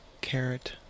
Carrot